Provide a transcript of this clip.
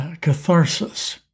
catharsis